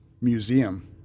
museum